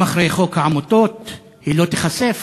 גם אחרי חוק העמותות היא לא תיחשף,